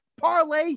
parlay